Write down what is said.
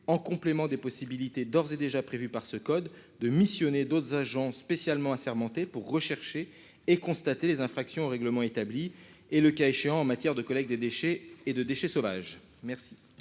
en complément des possibilités d'ores et déjà prévues par ce code de missionner d'autres agents spécialement assermentés pour rechercher et constater les infractions au règlement établi et, le cas échéant en matière de collecte des déchets et de déchets sauvages merci.